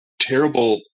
terrible